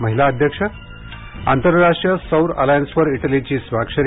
महिला अध्यक्ष आंतरराष्ट्रीर सौर अलायन्सवर इटलीची स्वाक्षरी